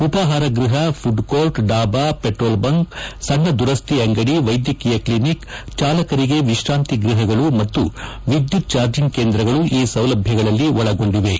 ಉಪಹಾರ ಗ್ಬಪ food court dhaba petrol bunk ಸಣ್ಣ ದುರಸ್ತಿ ಅಂಗಡಿ ವೈದ್ಧಕೀಯ ಕ್ಷಿನಿಕ್ ಚಾಲಕರಿಗೆ ವಿಶ್ರಾಂತಿ ಗ್ವಪಗಳು ಮತ್ತು ವಿದ್ಯುತ್ ಚಾರ್ಜಂಗ್ ಕೇಂದ್ರಗಳು ಈ ಸೌಲಭ್ಯಗಳಲ್ಲಿ ಒಳಗೊಂಡಿವೆ